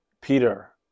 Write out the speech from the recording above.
Peter